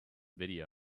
video